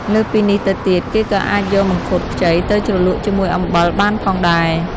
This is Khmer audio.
លើសពីនេះទៅទៀត គេក៏អាចយកមង្ឃុតខ្ចីទៅជ្រលក់ជាមួយអំបិលបានផងដែរ។